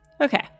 Okay